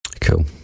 cool